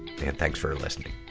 and thanks for listening.